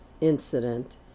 incident